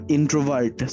Introvert